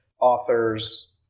authors